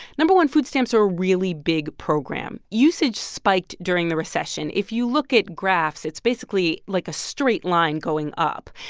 no. one, food stamps are a really big program. usage spiked during the recession. if you look at graphs, it's basically, like, a straight line going up,